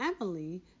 Emily